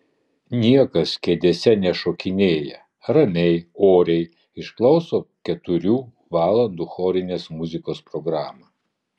niekas kėdėse nešokinėja ramiai oriai išklauso keturių valandų chorinės muzikos programą